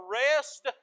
rest